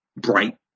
bright